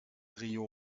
rio